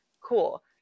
cool